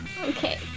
Okay